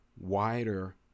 wider